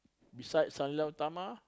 beside Sang-Nila-Utama